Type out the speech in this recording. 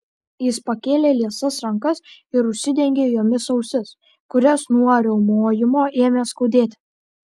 jis pakėlė liesas rankas ir užsidengė jomis ausis kurias nuo riaumojimo ėmė skaudėti